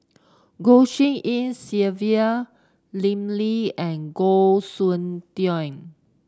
Goh Tshin En Sylvia Lim Lee and Goh Soon Tioe